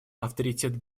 авторитет